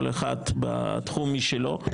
כל אחד בתחום שלו,